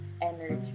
energy